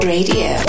Radio